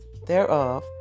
Thereof